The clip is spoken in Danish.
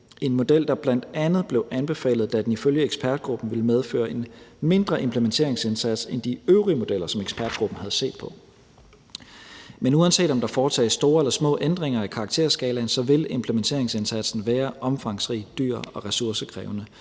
en model, der bl.a. blev anbefalet, da den ifølge ekspertgruppen ville medføre en mindre implementeringsindsats end de øvrige modeller, som ekspertgruppen havde set på. Men uanset om der foretages store eller små ændringer i karakterskalaen, vil implementeringsindsatsen være omfangsrig, dyr og ressourcekrævende,